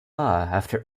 after